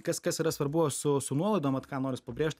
kas kas yra svarbu su su nuolaidom vat ką noris pabrėžt